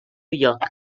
lloc